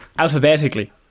Alphabetically